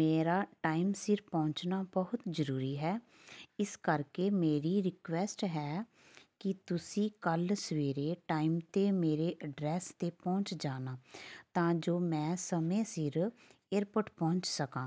ਮੇਰਾ ਟਾਈਮ ਸਿਰ ਪਹੁੰਚਣਾ ਬਹੁਤ ਜ਼ਰੂਰੀ ਹੈ ਇਸ ਕਰਕੇ ਮੇਰੀ ਰਿਕੁਐਸਟ ਹੈ ਕਿ ਤੁਸੀਂ ਕੱਲ੍ਹ ਸਵੇਰੇ ਟਾਈਮ 'ਤੇ ਮੇਰੇ ਐਡਰੈਸ 'ਤੇ ਪਹੁੰਚ ਜਾਣਾ ਤਾਂ ਜੋ ਮੈਂ ਸਮੇਂ ਸਿਰ ਏਅਰਪੋਰਟ ਪਹੁੰਚ ਸਕਾਂ